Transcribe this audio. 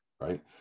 right